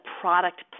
product